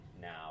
now